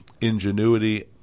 ingenuity